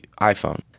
iPhone